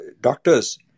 doctors